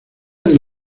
del